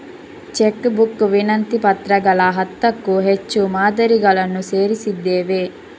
check book ವಿನಂತಿ ಪತ್ರಗಳ ಹತ್ತಕ್ಕೂ ಹೆಚ್ಚು ಮಾದರಿಗಳನ್ನು ಸೇರಿಸಿದ್ದೇವೆ